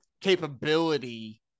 capability